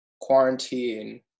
quarantine